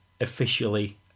officially